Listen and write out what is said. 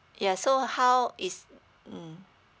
yeah so how is mmhmm